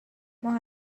ماه